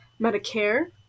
Medicare